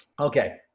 Okay